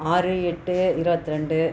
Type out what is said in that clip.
ஆறு எட்டு இருபத்துரெண்டு